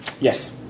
Yes